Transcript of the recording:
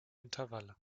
intervalle